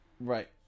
Right